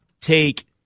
take